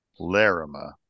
Larima